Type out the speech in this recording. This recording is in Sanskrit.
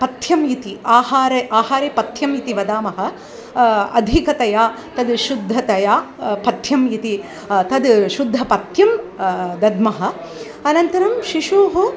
पथ्यम् इति आहारे आहारे पथ्यम् इति वदामः अधिकतया तद् शुद्धतया पथ्यम् इति तद् शुद्धपथ्यं दद्मः अनन्तरं शिशोः